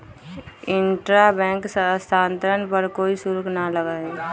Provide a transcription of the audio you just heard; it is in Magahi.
इंट्रा बैंक स्थानांतरण पर कोई शुल्क ना लगा हई